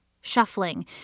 shuffling